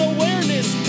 Awareness